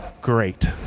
great